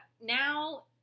now